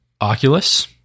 Oculus